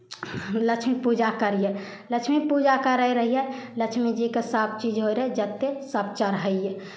लक्ष्मी पूजा करियै लक्ष्मीपूजा करै रहियै लक्ष्मीजीकेँ सभचीज होइ रहै जतेक सभ चढ़ैयै